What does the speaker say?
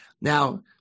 Now